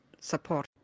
support